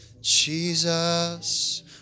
Jesus